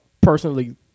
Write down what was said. personally